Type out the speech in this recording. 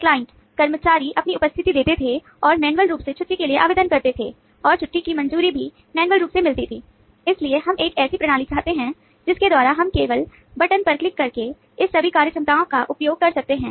client कर्मचारी अपनी उपस्थिति देते थे और मैन्युअल करके इस सभी कार्य क्षमता का उपयोग कर सकते हैं